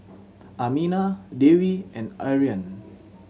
Aminah Dewi and Aryan